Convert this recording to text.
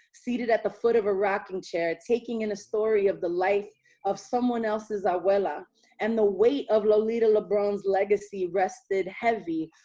seated at the foot of a rocking chair, taking in a story of the life of someone else's abuela and the weight of lolita lebron's legacy rested heavy,